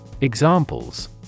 Examples